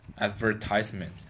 advertisement